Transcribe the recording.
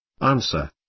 Answer